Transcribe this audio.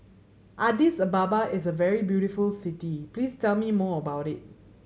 Addis Ababa is a very beautiful city please tell me more about it